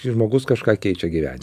žmogus kažką keičia gyvenime ir moters